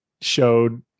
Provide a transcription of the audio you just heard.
showed